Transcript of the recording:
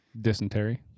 Dysentery